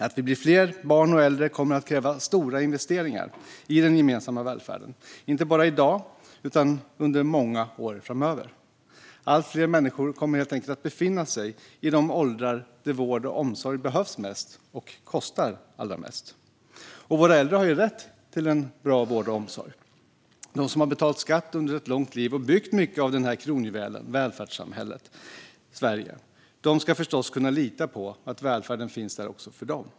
Att vi blir fler barn och äldre kommer att kräva stora investeringar i den gemensamma välfärden inte bara i dag utan under många år framöver. Allt fler människor kommer helt enkelt att befinna sig i de åldrar där vård och omsorg behövs mest och kostar allra mest. Våra äldre har rätt till en bra vård och omsorg. De som har betalat skatt under ett långt liv och byggt mycket av denna kronjuvel, välfärdssamhället Sverige, ska förstås kunna lita på att välfärden finns där också för dem.